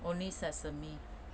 only sesame